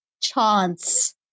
chance